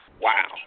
wow